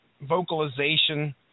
vocalization